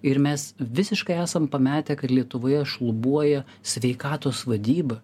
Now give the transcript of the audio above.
ir mes visiškai esam pametę kad lietuvoje šlubuoja sveikatos vadyba